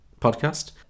podcast